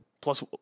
Plus